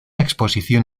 exposición